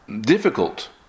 difficult